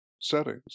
settings